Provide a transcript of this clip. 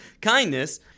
kindness